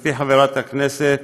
גברתי חברת הכנסת,